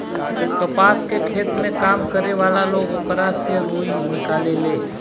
कपास के खेत में काम करे वाला लोग ओकरा से रुई निकालेले